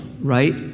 right